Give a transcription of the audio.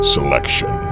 Selection